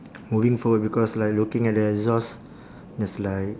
moving forward because like looking at the exhaust there's like